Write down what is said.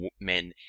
men